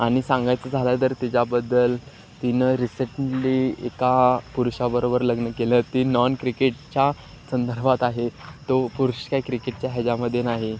आणि सांगायचं झालं तर तिच्याबद्दल तिनं रिसेंटली एका पुरुषाबरोबर लग्न केलं ती नॉन क्रिकेटच्या संदर्भात आहे तो पुरुष काही क्रिकेटच्या ह्याच्यामध्ये नाही